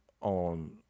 on